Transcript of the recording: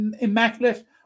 immaculate